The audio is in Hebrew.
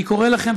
אני קורא לכם,